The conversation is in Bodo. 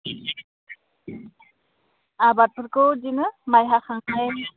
आबादफोरखौ इदिनो माइ हाखांनाय